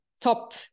top